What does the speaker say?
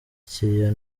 ikiriyo